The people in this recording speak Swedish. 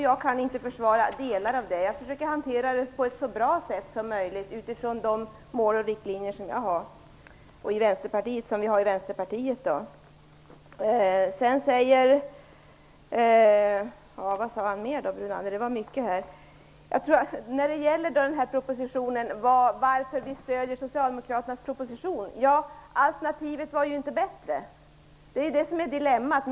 Jag kan inte försvara delar av det, men jag försöker hantera frågan på ett så bra sätt som möjligt utifrån de mål och riktlinjer som vi har i Lennart Brunander frågade också varför vi stöder Socialdemokraternas proposition. Ja, alternativet var inte bättre. Det är det som är dilemmat.